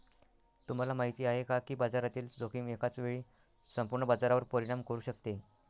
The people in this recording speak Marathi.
तुम्हाला माहिती आहे का की बाजारातील जोखीम एकाच वेळी संपूर्ण बाजारावर परिणाम करू शकते?